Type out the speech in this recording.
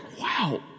Wow